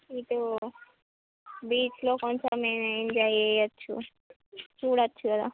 ఇటు బీచ్లో కొంచెం మేము ఎంజాయి చెయ్యచ్చు చూడచ్చు కదా